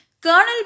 Colonel